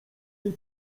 jej